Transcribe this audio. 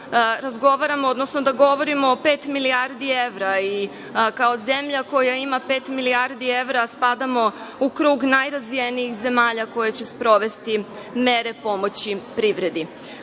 da govorimo o pet milijardi evra. I, kao zemlja koja ima pet milijardi evra spadamo u krug najrazvijenijih zemalja koje će sprovesti mere pomoći privredi.